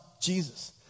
Jesus